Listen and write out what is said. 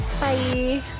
bye